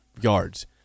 yards